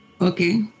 Okay